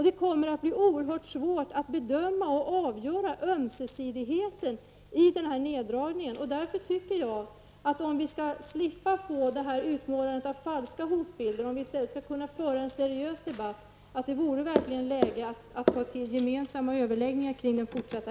Det kommer att bli oerhört svårt att bedöma och avgöra ömsesidigheten i den här neddragningen. Om vi skall slippa få ett utmålande av falska hotbilder och i stället kunna föra en seriös debatt, vore det läge att ta till gemensamma överläggningar kring den fortsatta